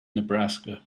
nebraska